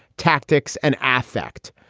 tactics and affect.